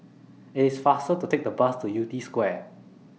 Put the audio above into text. IT IS faster to Take The Bus to Yew Tee Square